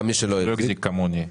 כמוני.